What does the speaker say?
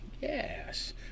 Yes